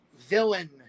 villain